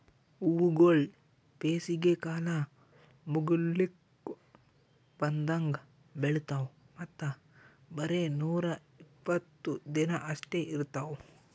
ಹೂವುಗೊಳ್ ಬೇಸಿಗೆ ಕಾಲ ಮುಗಿಲುಕ್ ಬಂದಂಗ್ ಬೆಳಿತಾವ್ ಮತ್ತ ಬರೇ ನೂರಾ ಇಪ್ಪತ್ತು ದಿನ ಅಷ್ಟೆ ಇರ್ತಾವ್